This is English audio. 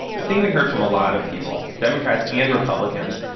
the thing we heard from a lot of people, democrats and republicans,